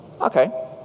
Okay